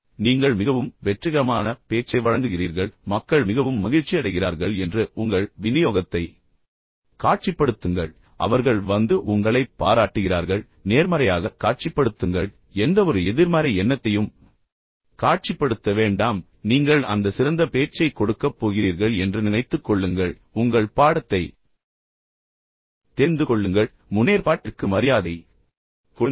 எனவே நீங்கள் மிகவும் வெற்றிகரமான பேச்சை வழங்குகிறீர்கள் மக்கள் மிகவும் மகிழ்ச்சியடைகிறார்கள் என்று உங்கள் விநியோகத்தை காட்சிப்படுத்துங்கள் பின்னர் அவர்கள் வந்து உங்களை பாராட்டுகிறார்கள் பின்னர் நேர்மறையாக காட்சிப்படுத்துங்கள் எந்தவொரு எதிர்மறை எண்ணத்தையும் காட்சிப்படுத்த வேண்டாம் நீங்கள் அந்த சிறந்த பேச்சைக் கொடுக்கப் போகிறீர்கள் என்று நினைத்துக் கொள்ளுங்கள் பின்னர் உங்கள் பாடத்தை தெரிந்துகொள்ளுங்கள் முன்னேற்பாட்டிற்கு மரியாதை கொடுங்கள்